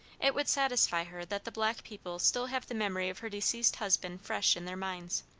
it would satisfy her that the black people still have the memory of her deceased husband fresh in their minds.